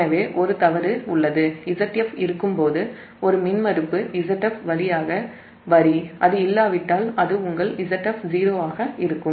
எனவே ஒரு தவறு உள்ளது Zf இருக்கும்போது ஒரு மின்மறுப்பு Zf வழியாக வரி அது இல்லாவிட்டால் அது உங்கள் Zf 0 ஆக இருக்கும்